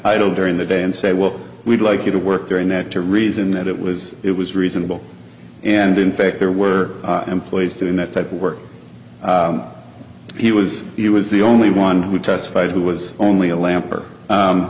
idle during the day and say well we'd like you to work during that to reason that it was it was reasonable and in fact there were employees doing that type of work he was he was the only one who testified who was only a lamp